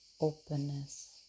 openness